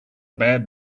bad